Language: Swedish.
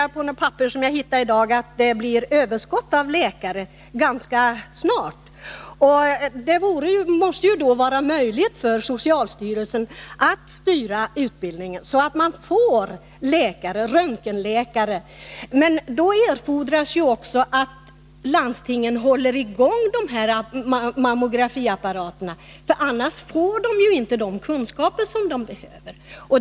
Jag ser av papper som jag hittade i dag att det blir överskott på läkare ganska snart. Det måste ju då vara möjligt för socialstyrelsen att styra utbildningen, så att man får röntgenläkare. Men då erfordras också att landstingen håller i gång de här mammografiapparaterna. Annars får man inte de kunskaper som man behöver.